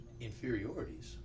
inferiorities